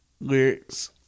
lyrics